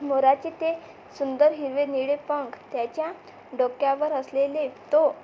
मोराचे ते सुंदर हिरवे निळे पंख त्याच्या डोक्यावर असलेले तो